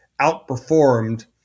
outperformed